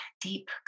deep